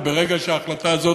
וברגע שהצעה הזאת,